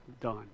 done